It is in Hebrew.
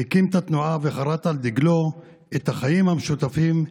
הקים את התנועה וחרת על דגלו את החיים המשותפים,